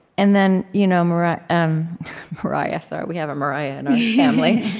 and then, you know mariah um mariah sorry, we have a mariah in our family.